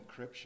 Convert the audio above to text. encryption